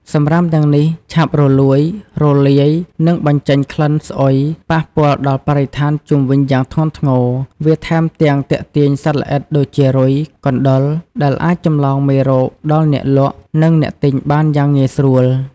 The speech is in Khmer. សំរាមទាំងនេះឆាប់រលួយ រលាយ និងបញ្ចេញក្លិនស្អុយប៉ះពាល់ដល់បរិស្ថានជុំវិញយ៉ាងធ្ងន់ធ្ងរ វាថែមទាំងទាក់ទាញសត្វល្អិតដូចជារុយ កណ្ដុរ ដែលអាចចម្លងរោគដល់អ្នកលក់ និងអ្នកទិញបានយ៉ាងងាយស្រួល។